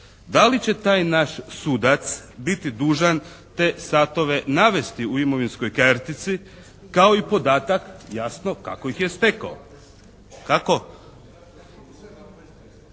Da li će taj naš sudac biti dužan te satove navesti u imovinskoj kartici kao i podatak jasno kako ih je stekao.